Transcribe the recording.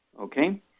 Okay